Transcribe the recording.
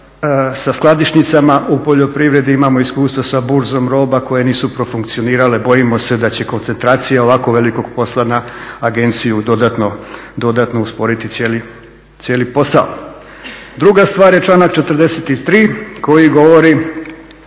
sa skladišnicama u poljoprivredi, imamo iskustva sa burzom roba koje nisu profunkcionirale, bojimo se da će koncentracija ovako velikog posla na agenciju dodatno usporiti cijeli posao. Druga stvar je članak 43. koji govori